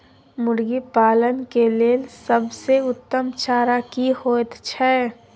मुर्गी पालन के लेल सबसे उत्तम चारा की होयत छै?